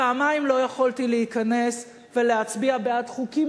פעמיים לא יכולתי להיכנס ולהצביע בעד חוקים,